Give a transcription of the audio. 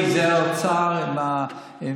כי זה האוצר עם המכרזים.